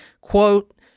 quote